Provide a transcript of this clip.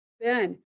Ben